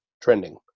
trending